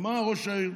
כי מה ראש העיר?